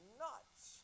nuts